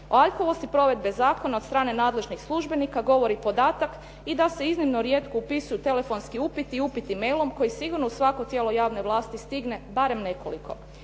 O aljkavosti provedbe zakona od strane nadležnih službenika govori podatak i da se iznimno rijetko upisuju telefonski upiti i upiti mailom koji sigurno u svako tijelo javne vlasti stigne barem nekoliko.